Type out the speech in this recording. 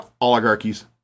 oligarchies